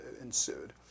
ensued